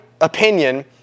opinion